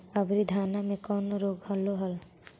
अबरि धाना मे कौन रोग हलो हल?